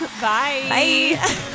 Bye